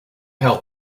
help